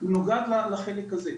נוגעת לחלק הזה.